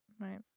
right